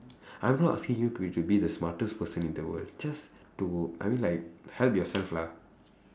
I'm not asking you to be the smartest person in the world just to I mean like help yourself lah